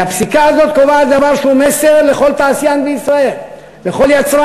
כי הפסיקה הזאת קובעת דבר שהוא מסר לכל תעשיין בישראל,